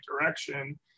direction